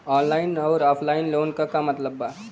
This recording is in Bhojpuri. ऑनलाइन अउर ऑफलाइन लोन क मतलब का बा?